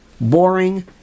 boring